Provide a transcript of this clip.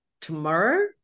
Tomorrow